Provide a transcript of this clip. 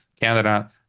Canada